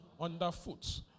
underfoot